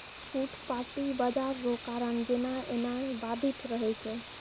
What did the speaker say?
फुटपाटी बाजार रो कारण जेनाय एनाय बाधित रहै छै